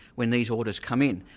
when these orders come in,